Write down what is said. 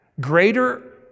Greater